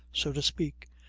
so to speak,